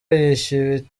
yishyuye